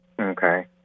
Okay